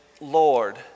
Lord